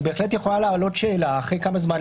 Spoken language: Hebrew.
אז בהחלט יכולה לעלות שאלה אחרי כמה זמן,